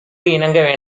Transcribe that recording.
இணங்க